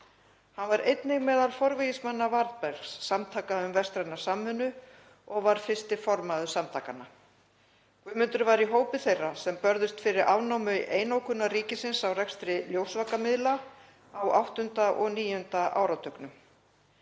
Hann var einnig meðal forvígismanna Varðbergs, samtaka um vestræna samvinnu og var fyrsti formaður samtakanna. Guðmundur var í hópi þeirra sem börðust fyrir afnámi einokunar ríkisins á rekstri ljósvakamiðla á 8. og 9. áratugnum.